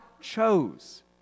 chose